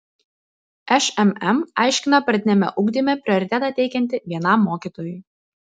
šmm aiškina pradiniame ugdyme prioritetą teikianti vienam mokytojui